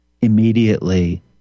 immediately